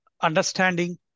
understanding